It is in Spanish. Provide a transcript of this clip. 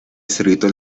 escrito